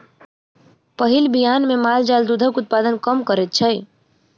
पहिल बियान मे माल जाल दूधक उत्पादन कम करैत छै